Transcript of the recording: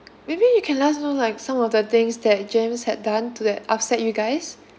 maybe you can let us know like some of the things that james had done to that upset you guys